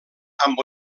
amb